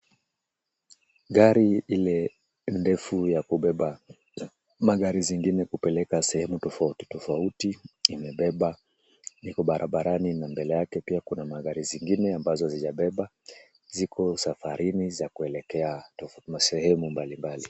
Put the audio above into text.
Gari lile ndefu ya kubeba magari zingine kupeleka sehemu tofauti tofauti, limebeba. Liko barabarani na mbele yake pia kuna magari zingine ambazo hazijabeba, ziko safarini za kuelekea masehemu mbali mbali.